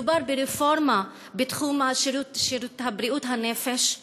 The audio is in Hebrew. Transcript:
מדובר ברפורמה בתחום שירות בריאות הנפש.